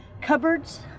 cupboards